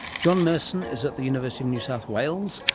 johnmerson is at the university of new south wales,